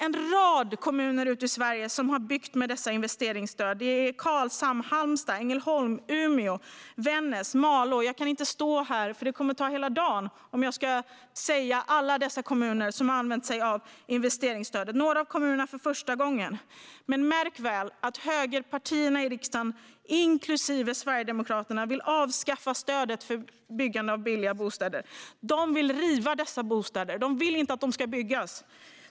En rad kommuner ute i Sverige har byggt med dessa investeringsstöd: Karlshamn, Halmstad, Ängelholm, Umeå, Vännäs, Malå. Det kommer att ta hela dagen om jag ska stå här och räkna upp alla kommuner som har använt sig av investeringsstödet, några av dem för första gången. Men märk väl att högerpartierna i riksdagen, inklusive Sverigedemokraterna, vill avskaffa stödet för byggande av billiga bostäder. De vill riva dessa bostäder; de vill inte att de ska byggas.